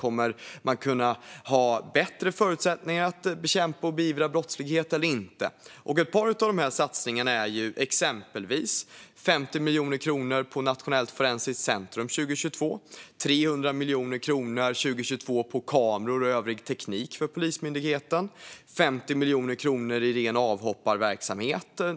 Kommer man att ha bättre förutsättningar att bekämpa eller beivra brottslighet eller inte? Ett par av dessa satsningar är exempelvis 50 miljoner kronor till Nationellt forensiskt centrum 2022, 300 miljoner kronor till kameror och övrig teknik för Polismyndigheten 2022 och 50 miljoner kronor till ren avhopparverksamhet.